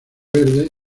verde